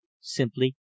Simply